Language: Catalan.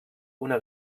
una